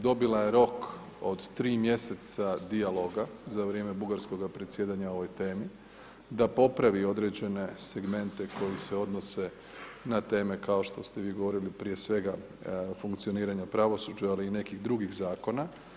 Dobila je rok od tri mjeseca dijaloga za vrijeme bugarskoga predsjedanja o ovoj temi da popravi određene segmente koji se odnose na teme kao što ste vi govorili prije svega funkcioniranja pravosuđa ali i nekih drugih zakona.